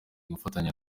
gufatanya